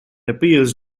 appears